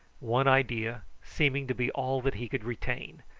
one idea seeming to be all that he could retain,